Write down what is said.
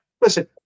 Listen